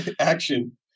Action